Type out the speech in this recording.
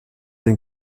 den